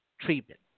treatment